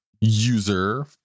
user